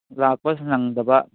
ꯂꯥꯛꯄ ꯅꯪꯗꯕ